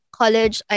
college